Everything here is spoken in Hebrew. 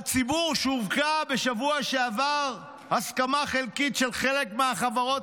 לציבור שווקה בשבוע שעבר הסכמה חלקית של חלק מהחברות,